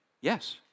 yes